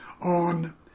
on